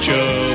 Joe